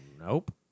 Nope